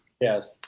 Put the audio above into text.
Yes